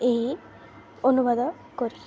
ଏହି ଅନୁବାଦ କରି